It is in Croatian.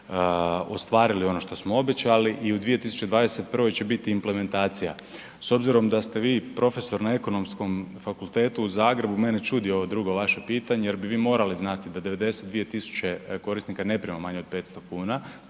ostvarili ono što smo obećali i u 2021.će biti implementacija. S obzirom da ste vi profesor na Ekonomskom fakultetu u Zagrebu mene čudi ovo drugo vaše pitanje jer bi vi morali znati da 92.000 korisnika ne prima manje od 500 kuna